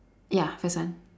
ya first one